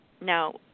Now